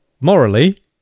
morally